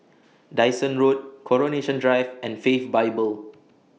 Dyson Road Coronation Drive and Faith Bible